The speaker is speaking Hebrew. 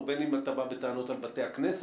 או בין אם אתה בא בטענות על בתי הכנסת,